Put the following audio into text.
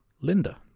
Linda